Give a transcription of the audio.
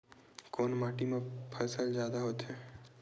कोन माटी मा फसल जादा होथे?